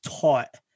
taught